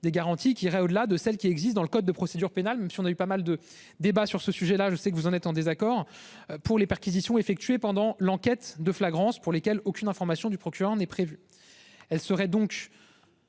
des garanties qui irait au-delà de celle qui existe dans le code de procédure pénale, même si on a eu pas mal de débats sur ce sujet là, je sais que vous en êtes en désaccord. Pour les perquisitions effectuées pendant l'enquête de flagrance pour lesquels aucune information du procureur n'est prévue.